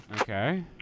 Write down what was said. Okay